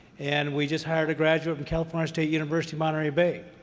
and we just hired a graduate from california state university, monterey bay.